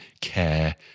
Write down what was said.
care